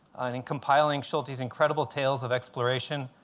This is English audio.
and in compiling schultes' incredible tales of exploration